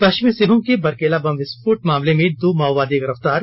पश्चिमी सिंहभूम के बरकेला बम विस्फोट मामले में दो माओवादी गिरफ़तार